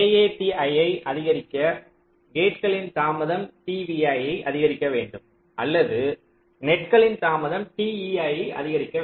AAT ஐ அதிகரிக்க கேட்களின் தாமதம் t vi ஐ அதிகரிக்க வேண்டும் அல்லது நெட்களின் தாமதம் t ei ஐ அதிகரிக்க வேண்டும்